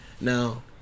Now